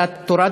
אתה תורד